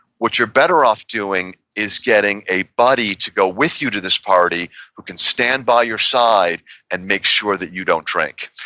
what you're better off doing is getting a buddy to go with you to this party who can stand by your side and make sure that you don't drink.